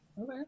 Okay